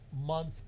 month